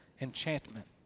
enchantment